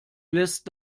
lässt